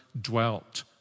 dwelt